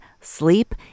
sleep